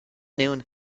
noon